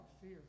fear